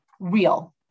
real